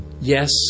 yes